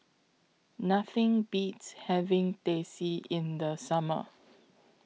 Nothing Beats having Teh C in The Summer